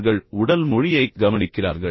அவர்கள் உடல் மொழியைக் கவனிக்கிறார்கள்